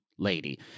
Lady